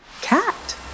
cat